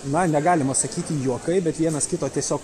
na negalima sakyti juokai bet vienas kito tiesiog